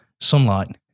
Sunlight